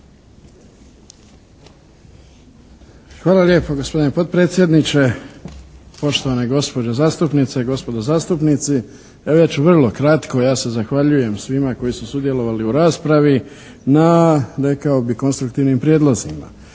Hvala lijepa. Gospodine potpredsjedniče, poštovane gospođe zastupnice, gospodo zastupnici! Evo, ja ću vrlo kratko. Ja se zahvaljujem svima koji su sudjelovali u raspravi na rekao bih konstruktivnim prijedlozima.